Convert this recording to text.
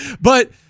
But-